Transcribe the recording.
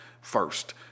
first